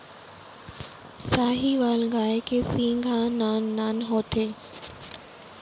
साहीवाल गाय के सींग ह नान नान होथे